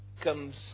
comes